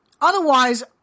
Otherwise